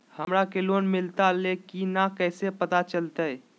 हमरा के लोन मिलता ले की न कैसे पता चलते?